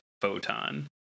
photon